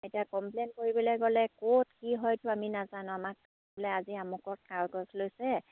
এতিয়া কমপ্লেইন কৰিবলৈ গ'লে ক'ত কি হয়টো আমি নাজানো আমাক বোলে আজি আমুকত কাগজ লৈছে